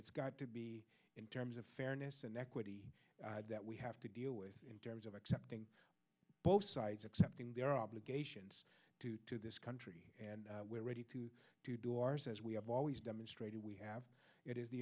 it's got to be in terms of fairness and equity that we have to deal with in terms of accepting both sides accepting their obligations to this country and we're ready to to do ours as we have always demonstrated we have it is the